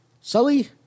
Sully